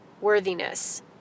worthiness